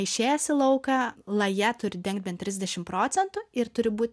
išėjęs į lauką laja turi dengti bent trisdešim procentų ir turi būt